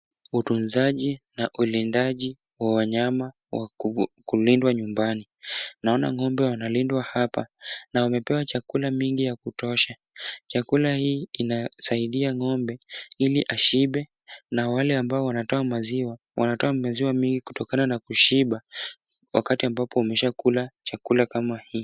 Utunzaji na ulindaji wa wanyama wa kulindwa nyumbani, naona ng'ombe wanalindwa hapa. Na wamepewa chakula mingi ya kutosha, chakula hii inasaidia ng'ombe ili ashibe na wale ambao wanatoa maziwa wanatoa maziwa mingi kutokana na kushiba, wakati ambapo umeshakula chakula kama hii.